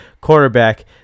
quarterback